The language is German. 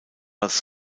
als